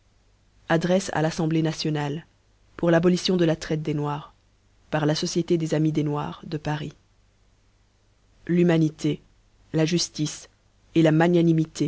e a l'assemblée nationale pour l'abolition de la traitc de noirs par la société des amis des noirs de paris l'humanité la juftice la